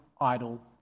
idol